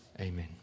amen